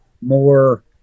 more